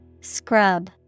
Scrub